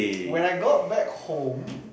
when I got back home